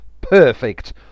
Perfect